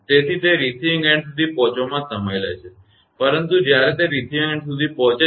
તેથી તે receiving end સુધી પહોંચવામાં સમય લે છે પરંતુ તે જ્યારે તે રિસીવીંગ એન્ડ સુધી પહોંચે છે